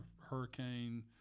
Hurricane